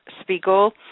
Spiegel